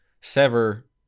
sever